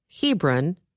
Hebron